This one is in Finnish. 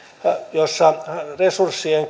jossa resurssien